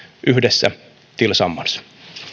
yhdessä tillsammans